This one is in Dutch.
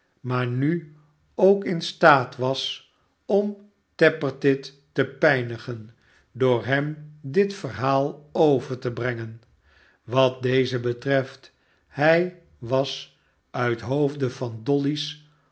maar nu ook in staat was om tappertit te pijnigen door hem dit verhaal over te brengen wat dezen betreft hij was uit hoofde van dolly's